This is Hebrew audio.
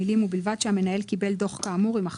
המילים "ובלבד שהמנהל קיבל דוח כאמור" יימחקו.